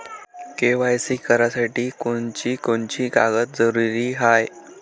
KYC करासाठी कोनची कोनची कागद जरुरी हाय?